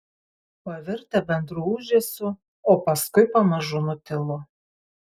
pavirtę bendru ūžesiu o paskui pamažu nutilo